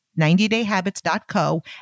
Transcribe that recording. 90dayhabits.co